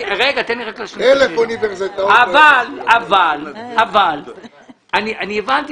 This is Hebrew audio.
אבל אני הבנתי,